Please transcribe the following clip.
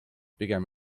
pigem